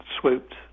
swooped